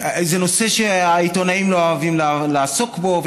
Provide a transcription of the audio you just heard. זה נושא שעיתונאים לא אוהבים לעסוק בו,